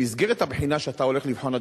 במסגרת הבחינה שאתה הולך לבחון,